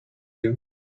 you